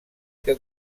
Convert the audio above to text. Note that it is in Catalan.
que